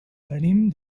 venim